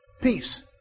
Peace